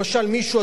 למשל מישהו,